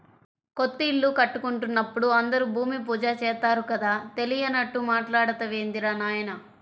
కొత్తిల్లు కట్టుకుంటున్నప్పుడు అందరూ భూమి పూజ చేత్తారు కదా, తెలియనట్లు మాట్టాడతావేందిరా నాయనా